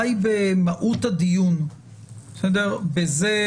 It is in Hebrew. אנחנו מראש מכסים חלק גדול, נקרא לזה